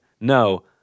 No